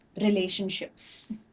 relationships